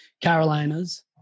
Carolinas